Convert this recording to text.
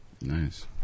Nice